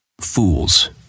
Fools